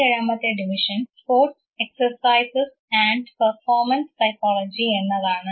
47 മത്തെ division sports exercise and performance psychology എന്നതാണ്